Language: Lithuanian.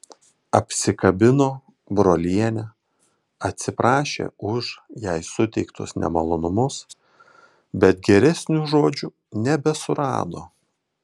apsikabino brolienę atsiprašė už jai suteiktus nemalonumus bet geresnių žodžių nebesurado